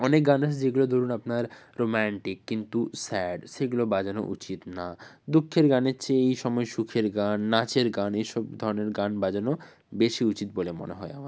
অনেক গান আছে যেগুলো ধরুন আপনার রোম্যান্টিক কিন্তু স্যাড সেগুলো বাজানো উচিত না দুঃখের গানের চেয়ে এই সময় সুখের গান নাচের গান এই সব ধরনের গান বাজানো বেশি উচিত বলে মনে হয় আমার